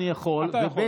אני יכול, ב.